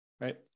right